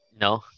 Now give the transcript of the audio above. No